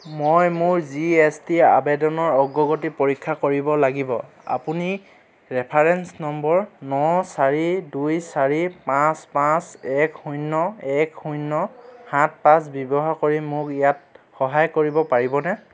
মই মোৰ G S T আবেদনৰ অগ্ৰগতি পৰীক্ষা কৰিব লাগিব আপুনি ৰেফাৰেন্স নম্বৰ ন চাৰি দুই চাৰি পাঁচ পাঁচ এক শূন্য এক শূন্য সাত পাঁচ ব্যৱহাৰ কৰি মোক ইয়াত সহায় কৰিব পাৰিবনে